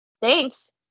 thanks